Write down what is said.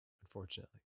unfortunately